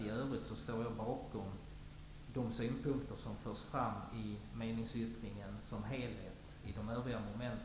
I övrigt står jag bakom de synpunkter som förs fram i meningsyttringen som helhet.